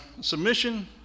Submission